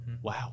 Wow